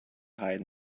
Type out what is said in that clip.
hide